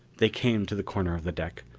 they came to the corner of the deck,